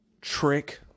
Trick